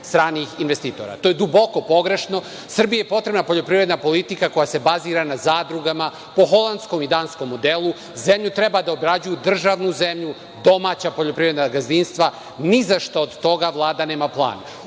stranih investitora. To je duboko pogrešno. Srbiji je potrebna poljoprivredna politika koja se bazira na zadrugama, po holandskom i danskom modelu. Zemlju treba da obrađuju, državnu zemlju, domaća poljoprivredna gazdinstva, a ni za šta od toga Vlada nema plan.